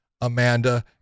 Amanda